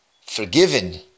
forgiven